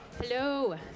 Hello